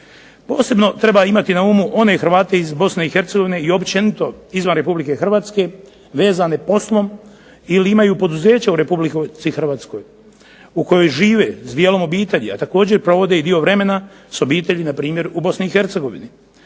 Posebno treba imati na umu one Hrvate iz Bosne i Hercegovine i općenito izvan Republike Hrvatske vezane poslom ili imaju poduzeća u Republici Hrvatskoj u kojoj žive s dijelom obitelji, a također provode dio vremena s obitelji npr. u Bosni i Hercegovini,